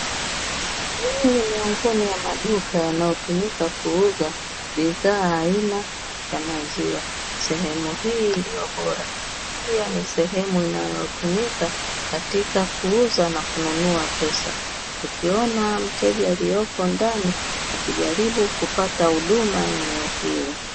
Hii ni miongoni mwa duka yanayotumika kuuza bidhaa aina ya maziwa, sehemu hii iliyo bora pia ni sehemu inayotumika katika kuuza na kununua pesa, ukiona mteja aliyepo ndani akijaribu kupata huduma ya eneo hilo.